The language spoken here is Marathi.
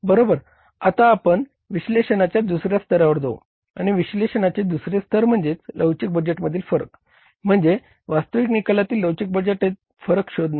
आता आपण विश्लेषणाच्या दुसऱ्या स्तरावर जाऊ आणि विश्लेषणांचे दुसरे स्तर म्हणजे लवचिक बजेटमधील फरक म्हणजे वास्तविक निकालातील लवचिक बजेटमधील फरक शोधणे